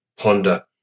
ponder